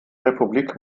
republik